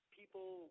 people